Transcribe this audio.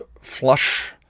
flush